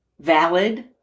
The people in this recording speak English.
valid